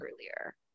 earlier